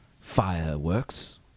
fireworks